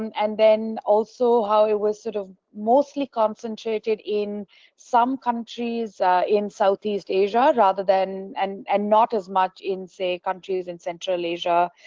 and and also how it was sort of mostly concentrated in some countries in southeast asia rather than and and not as much in, say, countries in central asia.